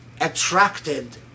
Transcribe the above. attracted